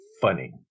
funny